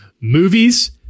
movies